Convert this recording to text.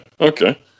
Okay